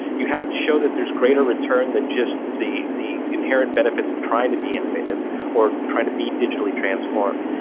you have to show that there's greater return than just the the inherent benefits of trying to be innovative or trying to be digitally transformed.